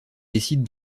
décide